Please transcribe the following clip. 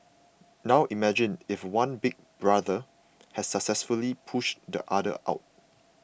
now imagine if one Big Brother has successfully pushed the other out